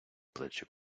плечі